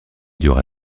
dura